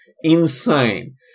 Insane